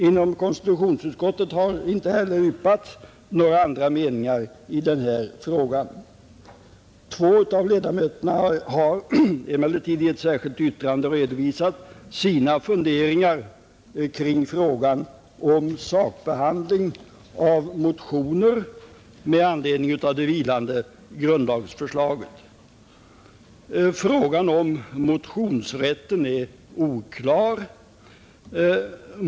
Inom konstitutionsutskottet har inte heller yppats några andra meningar i denna fråga. Två av ledamöterna har emellertid i ett särskilt yttrande redovisat sina funderingar kring frågan om sakbehandling av motioner med anledning av vilande grundlagsförslag. Frågan om motionsrätten är oklar.